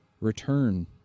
return